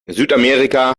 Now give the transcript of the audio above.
südamerika